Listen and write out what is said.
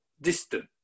distant